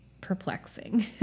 perplexing